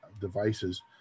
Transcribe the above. devices